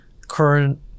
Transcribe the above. current